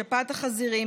שפעת החזירים,